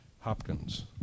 Hopkins